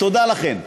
תודה לכם.